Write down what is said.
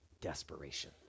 desperation